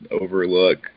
overlook